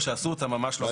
או שעשו אותן ממש לא מזמן.